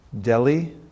Delhi